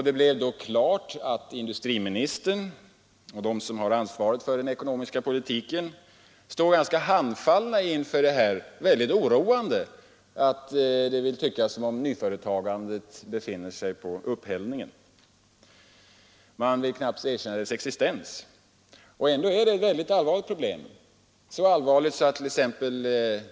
Det stod då klart att industriministern och de som har ansvaret för den ekonomiska politiken står handfallna inför det mycket oroande problemet, att det vill synas som om nyföretagandet befann sig på upphällningen. Man vill knappast erkänna problemets existens. Och ändå är detta ett mycket allvarligt problem.